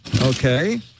Okay